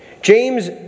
James